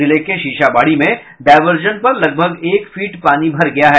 जिले के शीशाबाड़ी में डायवर्सन पर लगभग एक फीट पानी भर गया है